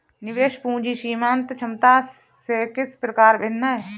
निवेश पूंजी सीमांत क्षमता से किस प्रकार भिन्न है?